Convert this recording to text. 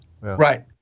Right